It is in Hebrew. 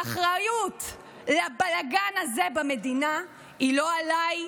האחריות לבלגן הזה במדינה היא לא עליי,